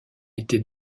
été